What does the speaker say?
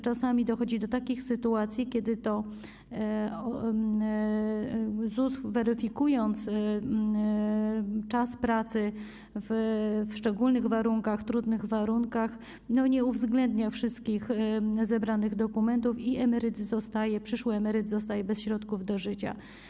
Czasami dochodzi do takich sytuacji, kiedy to ZUS, weryfikując czas pracy w szczególnych warunkach, trudnych warunkach, nie uwzględnia wszystkich zebranych dokumentów i przyszły emeryt zostaje bez środków do życia.